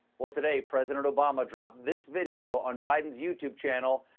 well, today, president obama dropped this video on biden's youtube channel,